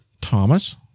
Thomas